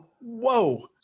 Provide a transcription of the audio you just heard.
Whoa